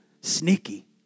sneaky